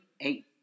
eight